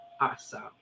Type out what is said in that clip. awesome